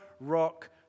rock